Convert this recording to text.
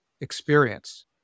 experience